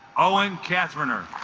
owen katherine earth